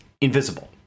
invisible